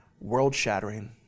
world-shattering